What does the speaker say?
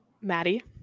Maddie